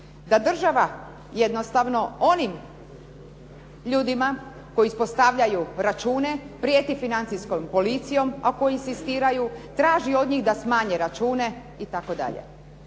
da država jednostavno onim ljudima koji ispostavljaju račune prijeti financijskom policijom ako inzistiraju, traži od njih da smanje račune itd.